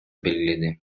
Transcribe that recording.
белгиледи